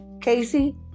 Casey